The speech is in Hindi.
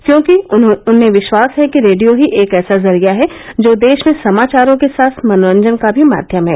क्योंकि उन्हें विश्वास है कि रेडियो ही एक ऐसा जरिया है जो देश में समाचारों के साथ मनोरंजन का भी माध्यम है